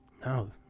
No